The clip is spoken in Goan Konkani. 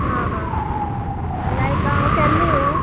हां हां लायक हांव केन्ना येव